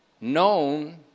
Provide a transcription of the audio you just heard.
Known